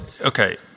okay